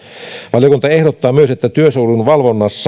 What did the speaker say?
valiokunta ehdottaa myös että työsuojelun valvonnasta